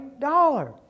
dollar